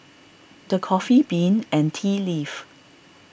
the Coffee Bean and Tea Leaf